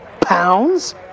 Pounds